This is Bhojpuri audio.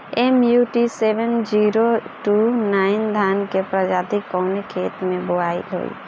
MUT seven zero two nine धान के प्रजाति कवने खेत मै बोआई होई?